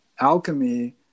Alchemy